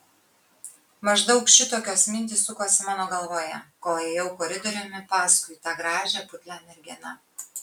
maždaug šitokios mintys sukosi mano galvoje kol ėjau koridoriumi paskui tą gražią putlią merginą